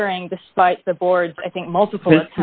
hearing despite the board's i think multiple